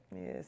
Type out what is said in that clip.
Yes